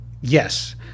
yes